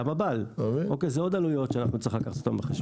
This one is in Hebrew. אלה עוד עלויות שצריך לקחת אותן בחשבון.